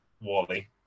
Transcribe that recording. Wally